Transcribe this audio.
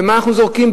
במה אנחנו זורקים,